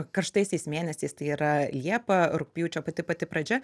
karštaisiais mėnesiais tai yra liepa rugpjūčio pati pati pradžia